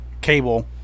cable